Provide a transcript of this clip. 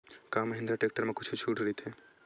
का महिंद्रा टेक्टर मा छुट राइथे?